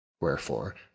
Wherefore